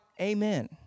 amen